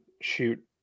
shoot